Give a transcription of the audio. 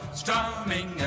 strumming